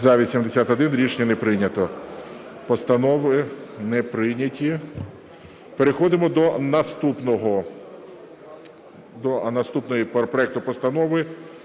За-81 Рішення не прийнято. Постанови не прийняті. Переходимо до наступного проекту Постанови